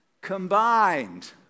combined